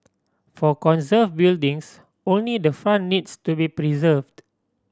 for conserve buildings only the front needs to be preserved